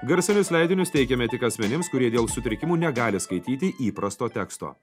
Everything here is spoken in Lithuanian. garsinius leidinius teikiame tik asmenims kurie dėl sutrikimų negali skaityti įprasto teksto